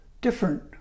different